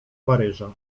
paryża